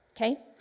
okay